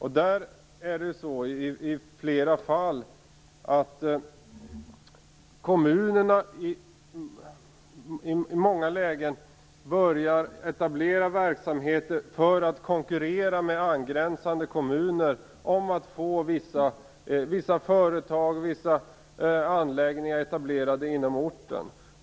I många lägen börjar flera kommuner etablera verksamheter för att konkurrera med angränsande kommuner om att få vissa företag och anläggningar etablerade på orten.